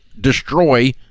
destroy